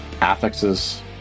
affixes